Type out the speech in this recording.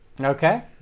Okay